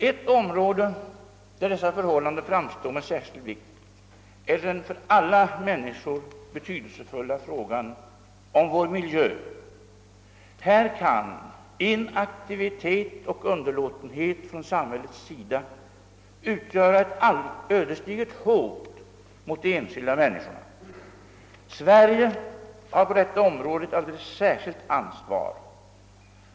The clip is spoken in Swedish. Ett område där dessa förhållanden framstår med särskild vikt är den för alla människor betydelsefulla frågan om vår miljö. Här kan inaktivitet och underlåtenhet från samhällets sida utgöra ett ödesdigert hot mot de enskilda människorna. Sverige har på detta område ett alldeles särskilt ansvar.